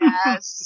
Yes